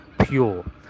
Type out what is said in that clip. pure